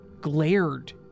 glared